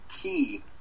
key